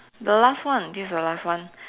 the last one this the last one